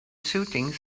shooting